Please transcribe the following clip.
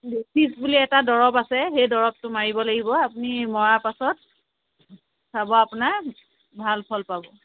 বুলি এটা দৰৱ আছে সেই দৰৱটো মাৰিব লাগিব আপুনি মৰাৰ পাছত চাব আপোনাৰ ভাল ফল পাব